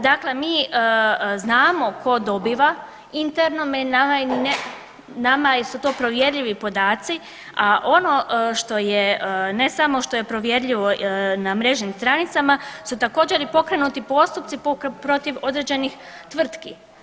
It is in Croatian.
Dakle, mi znamo ko dobiva, interno nama su to provjerljivi podaci, a ono što je, ne samo što je provjerljivo na mrežnim stranicama, su također i pokrenuti postupci protiv određenih tvrtki.